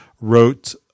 wrote